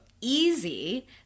easy